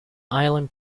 island